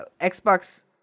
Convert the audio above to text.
Xbox